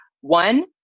One